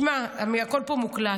שמע, הכול פה מוקלט.